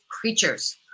Creatures